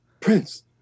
Prince